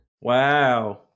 Wow